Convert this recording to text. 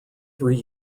three